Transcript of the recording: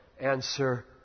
Answer